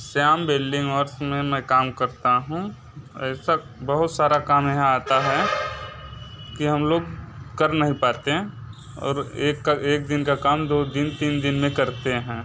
Shyam building हॉर्स में मैं काम करता हूँ ऐसा बहुत सारा काम यहाँ आता है कि हम लोग कर नहीं पाते हैं और एक का एक दिन का काम दो दिन तीन दिन में करते हैं